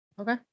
Okay